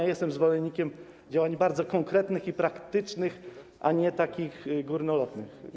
Ja jestem zwolennikiem działań bardzo konkretnych i praktycznych, a nie takich górnolotnych.